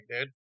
dude